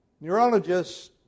neurologists